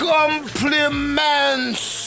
Compliments